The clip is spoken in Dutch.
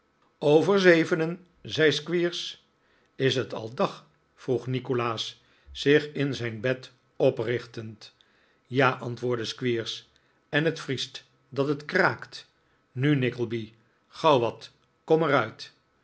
over zevenen zei squeers is het al dag vroeg nikolaas zich in zijn bed oprichtend ja antwoordde squeers en het vriest dat het kraakt nu nickleby gauw wat kom er